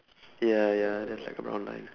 ya ya there's like a brown line